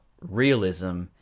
realism